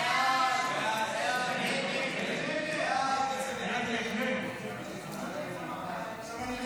חוק הכניסה לישראל (תיקון מס'